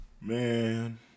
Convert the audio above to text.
Man